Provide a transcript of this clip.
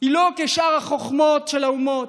היא לא חוכמה כשאר החוכמות של האומות.